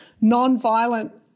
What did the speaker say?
non-violent